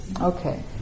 Okay